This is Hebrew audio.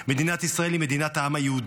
מדינת ישראל היא מדינת העם היהודי,